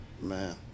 Man